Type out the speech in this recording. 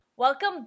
Welcome